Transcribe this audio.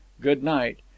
good-night